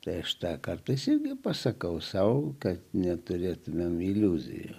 peštą kartais irgi pasakau sau kad neturėtumėm iliuzijų